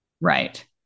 Right